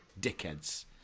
dickheads